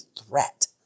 threat